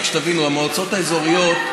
שתבינו: המועצות האזוריות,